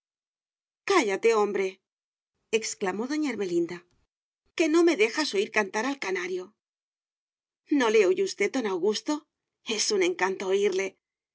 pervierte cállate hombreexclamó doña ermelinda que no me dejas oir cantar al canario no le oye usted don augusto es un encanto oirle